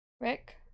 Rick